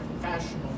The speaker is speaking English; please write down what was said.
professional